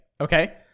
Okay